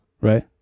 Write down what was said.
right